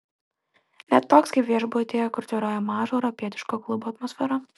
ne toks kaip viešbutyje kur tvyrojo mažo europietiško klubo atmosfera